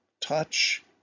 touch